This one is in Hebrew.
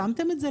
פרסמתם את זה?